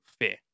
fear